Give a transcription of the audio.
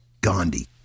Gandhi